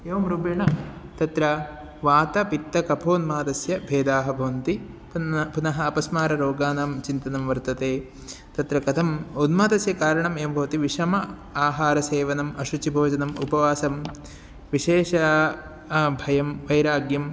एवं रूपेण तत्र वातपित्तकफोन्मादस्य भेदाः भवन्ति पुनः पुनः अपस्माररोगाणां विचिन्तनं वर्तते तत्र कथम् उन्मादस्य कारणं एवं भवति विषमं आहारसेवनम् अशुचिभोजनम् उपवासं विशेषं भयं वैराग्यम्